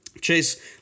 Chase